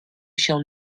shall